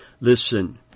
Listen